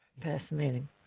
Fascinating